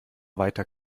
weiter